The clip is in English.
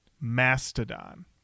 Mastodon